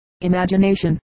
imagination